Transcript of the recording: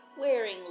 wearing